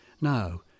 now